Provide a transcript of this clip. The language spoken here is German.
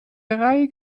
drei